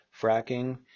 fracking